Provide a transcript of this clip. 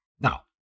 Now